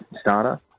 starter